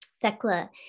Thecla